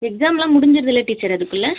எக்ஸாம்லாம் முடிஞ்சிருதுல டீச்சர் அதுக்குள்ளே